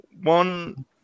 One